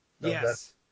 Yes